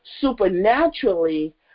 supernaturally